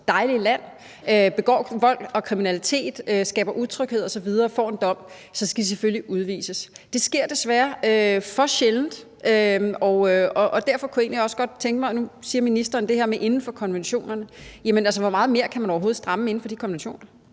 dejlige land, men begår vold og kriminalitet, skaber utryghed osv. og får en dom, så skal de selvfølgelig udvises. Det sker desværre for sjældent, og derfor kunne jeg egentlig også godt tænke mig at spørge om noget. Nu siger ministeren det her med »inden for konventionernes rammer«, men hvor meget mere kan man overhovedet stramme inden for de konventioner?